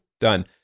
Done